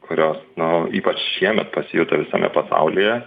kurios nu ypač šiemet pasijuto visame pasaulyje